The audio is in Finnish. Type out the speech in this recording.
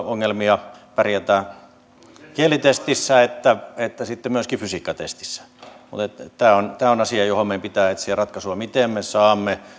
ongelmia pärjätä sekä kielitestissä että että myöskin fysiikkatestissä tämä on tämä on asia johon meidän pitää etsiä ratkaisua miten me saamme